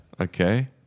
Okay